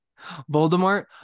Voldemort